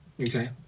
Okay